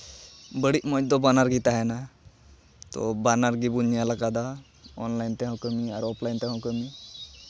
ᱵᱟᱹᱲᱤᱡ ᱢᱚᱡᱽ ᱫᱚ ᱵᱟᱱᱟᱨ ᱜᱮ ᱛᱟᱦᱮᱱᱟ ᱛᱳ ᱵᱟᱱᱟᱨ ᱜᱮᱵᱚᱱ ᱧᱮᱞ ᱟᱠᱟᱫᱟ ᱚᱱᱞᱟᱭᱤᱱ ᱛᱮᱦᱚᱸ ᱟᱨ ᱚᱯᱷᱞᱟᱭᱤᱱ ᱛᱮᱦᱚᱸ ᱠᱟᱹᱢᱤ